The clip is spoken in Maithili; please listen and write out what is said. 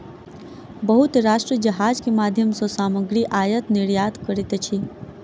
बहुत राष्ट्र जहाज के माध्यम सॅ सामग्री आयत निर्यात करैत अछि